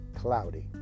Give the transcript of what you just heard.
Cloudy